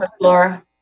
Laura